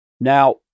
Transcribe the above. Now